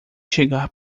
chegar